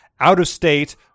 out-of-state